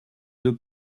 deux